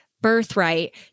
birthright